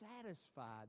satisfied